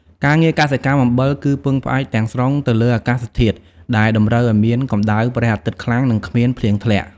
ការងារកសិកម្មអំបិលគឺពឹងផ្អែកទាំងស្រុងទៅលើអាកាសធាតុដែលតម្រូវឲ្យមានកម្តៅព្រះអាទិត្យខ្លាំងនិងគ្មានភ្លៀងធ្លាក់។